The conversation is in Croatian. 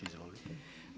Izvolite.